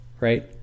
right